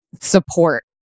support